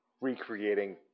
recreating